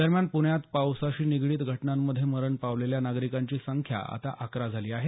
दरम्यान पृण्यात पावसाशी निगडित घटनांमध्ये मरण पावलेल्या नागरिकांची संख्या आता अकरा झाली आहे